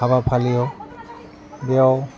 हाबाफालियाव बेयाव